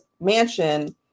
mansion